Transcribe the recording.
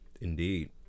indeed